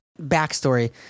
backstory